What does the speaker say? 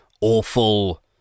awful